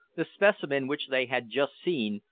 the specimen which they had just seen,